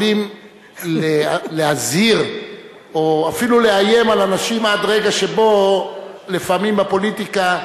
יכולים להזהיר או אפילו לאיים על אנשים עד רגע שבו לפעמים הפוליטיקה,